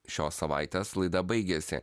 šios savaitės laida baigėsi